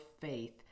faith